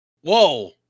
Whoa